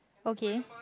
okay